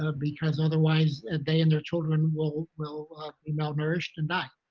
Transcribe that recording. ah because otherwise they and their children will will be malnourished and die.